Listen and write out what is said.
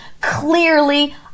clearly